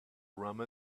rum